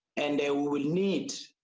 and they will will need,